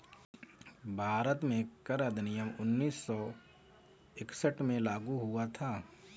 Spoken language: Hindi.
भारत में कर अधिनियम उन्नीस सौ इकसठ में लागू हुआ था